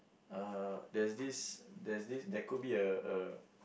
uh there's this there's this there could be a a